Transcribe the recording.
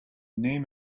name